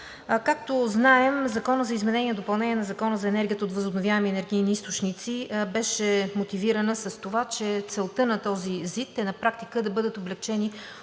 Както знаем, Законът за изменение и допълнение на Закона за енергията от възобновяеми енергийни източници беше мотивиран с това, че целта на този ЗИД е на практика да бъдат ограничени